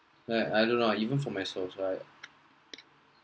like I don't know lah even for myself right